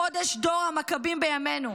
חודש דור המכבים בימינו.